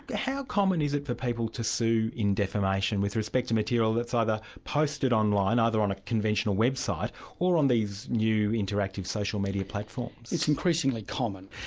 how common is it for people to sue in defamation with respect to material that's either posted online, either on a conventional website or on these new interactive social media platforms? it's increasingly common.